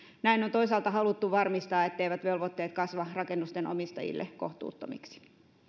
näin on toisaalta haluttu varmistaa etteivät velvoitteet kasva rakennusten omistajille kohtuuttomiksi